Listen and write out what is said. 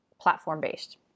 platform-based